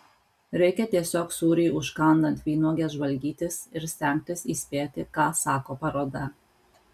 reikia tiesiog sūrį užkandant vynuoge žvalgytis ir stengtis įspėti ką sako paroda